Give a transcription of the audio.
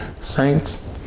Saints